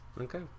Okay